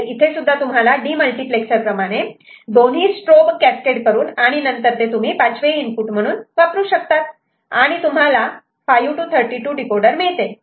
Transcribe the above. तर इथे सुद्धा तुम्हाला डीमल्टिप्लेक्सर प्रमाणे दोन्ही स्ट्रोब कॅस्केड करून आणि नंतर ते तुम्ही पाचवे इनपुट म्हणून वापरू शकता आणि तुम्हाला 5 to 32 डीकोडर मिळते